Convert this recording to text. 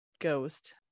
ghost